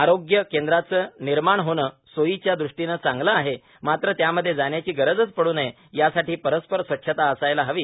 आरोग्य केंद्राचं निर्माण होणं सोयीच्या दृष्टीनं चांगलं आह मात्रर त्यामध्य जाण्याची गरजच पड् नय यासाठी परिसर स्वच्छता असायलाच हवी